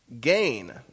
gain